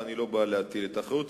ואני לא בא להטיל את האחריות.